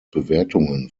bewertungen